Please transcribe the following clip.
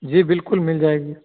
जी बिल्कुल मिल जाएगी